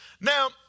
Now